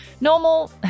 normal